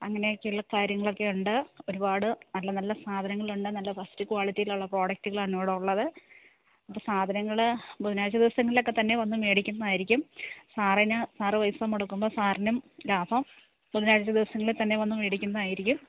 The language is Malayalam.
അങ്ങനെയൊക്കെ ഉള്ള കാര്യങ്ങളൊക്കെ ഉണ്ട് ഒരുപാട് നല്ല നല്ല സാധനങ്ങളൊണ്ട് നല്ല ഫസ്റ്റ് ക്വാളിറ്റീലൊള്ള പ്രോഡക്റ്റ്കളാണ് ഇവിടുള്ളത് അപ്പം സാധനങ്ങൾ ബുധനാഴ്ച ദിവസങ്ങളിൽ ഒക്കെത്തന്നെ വന്ന് മേടിക്കുന്നതായിരിക്കും സാറിന് സാറ് പൈസ മുടക്കുമ്പം സാറിനും ലാഭം ബുധനാഴ്ച ദിവസങ്ങളിൽ തന്നെ വന്ന് മേടിക്കുന്നതായിരിക്കും